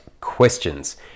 questions